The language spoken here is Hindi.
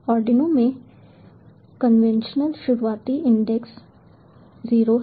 आर्डिनो में कन्वेंशनल शुरुआती इंडेक्स 0 है